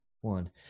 one